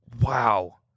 Wow